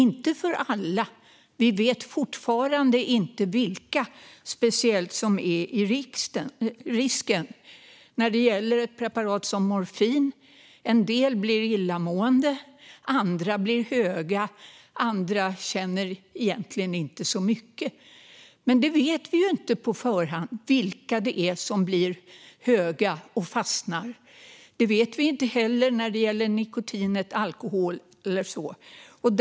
Dock inte för alla. Vi vet fortfarande inte vilka som speciellt är i riskzonen. Det kan gälla ett preparat som morfin: En del blir illamående, andra blir höga och andra känner egentligen inte så mycket. Men vi vet inte på förhand vilka som blir höga och fastnar. Det vet vi inte heller när det gäller nikotin, alkohol och så vidare.